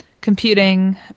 computing